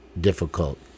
difficult